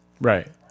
Right